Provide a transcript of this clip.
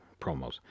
promos